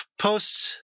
posts